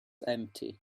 empty